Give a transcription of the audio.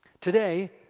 Today